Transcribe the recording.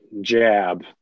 jab